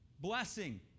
Blessing